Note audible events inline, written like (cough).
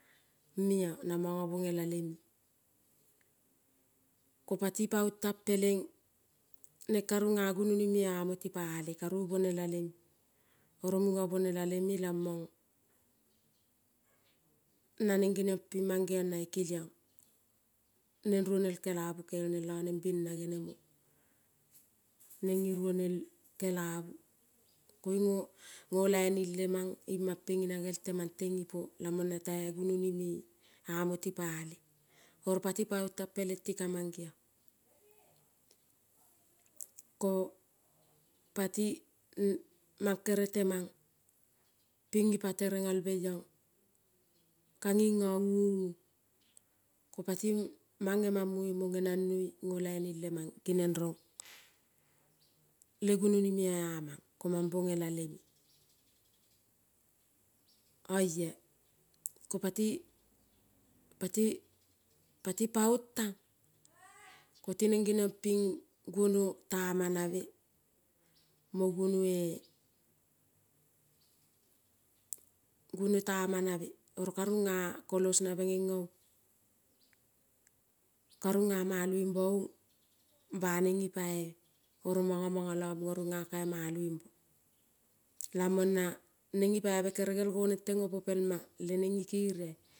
Meo namono bonela lem, ko pati paon tan pelen nenka runa gunoni meo amo ti pale karu bonela leme nan nenaleme, nen genion pin mangeon nai kelion. Nen ruonel kelabu kel nen lo nena bena genemo nen nin ruonel kelabu koin, no lainin leman in man pena tema ten ipo lamon na tai gunoni me amo tipale, oro tipaon tan, pelen ti ka mangeon ko pati man kere teman pin ni pa tere nolbe ionon ka nin nonuonon ko pat man nenanoi mo neman moi no lainin le mang le gunoni meo aman na mono bonela le me. Oia ko pati pati paon tan, (noise) kopa tinen gono tama guno tama ko ka runa kolos nabe neno-on karuna maloi bo-on banen ni paibe mono monolo muno runa kai maloi be lamon, nanen nipabe gerel tena gonen ten pelma lenen nikerial.